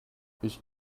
ich